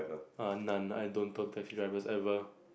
err none I don't talk to taxi drivers ever